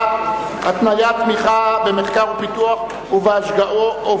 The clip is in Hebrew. התניית תמיכות במחקר ופיתוח ובהשקעות